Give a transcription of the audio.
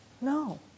No